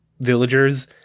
villagers